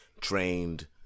trained